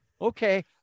okay